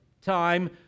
time